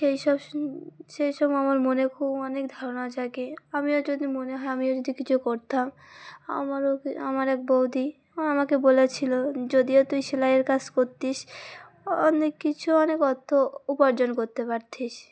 সেই সব সেই সব আমার মনে খুব অনেক ধারণা জাগে আমিও যদি মনে হয় আমিও যদি কিছু করতাম আমারও কি আমার এক বৌদি ও আমাকে বলেছিলো যদিও তুই সেলাইয়ের কাজ করতিস অনেক কিছু অনেক অর্থ উপার্জন করতে পারতিস